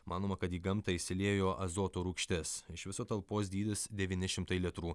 manoma kad į gamtą išsiliejo azoto rūgštis iš viso talpos dydis devyni šimtai litrų